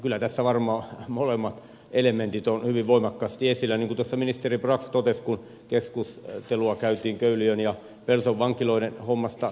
kyllä tässä varmaan molemmat elementit ovat hyvin voimakkaasti esillä niin kuin tuossa ministeri brax totesi kun keskustelua käytiin köyliön ja pelson vankiloiden hommasta